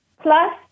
plus